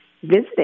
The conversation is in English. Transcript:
visiting